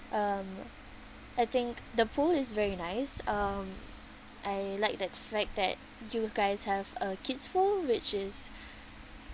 um I think the pool is very nice um I like that fact that you guys have a kids pool which is